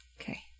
Okay